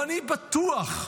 ואני בטוח,